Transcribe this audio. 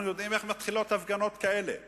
אנחנו יודעים איך הפגנות כאלה מתחילות,